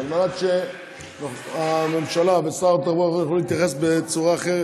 על מנת שהממשלה ושר התחבורה יוכלו להתייחס בצורה יותר